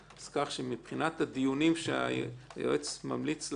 כך שמבחינת הדיונים שהיועץ ממליץ לעשות,